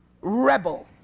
rebel